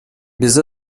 без